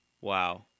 Wow